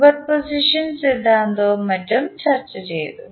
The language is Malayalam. സൂപ്പർ പൊസിഷൻ സിദ്ധാന്തവും മറ്റും ചർച്ച ചെയ്തു